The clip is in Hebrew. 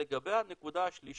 לגבי הנקודה השלישית,